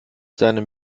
seinem